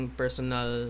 personal